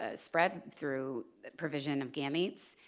ah spread through provision of gametes,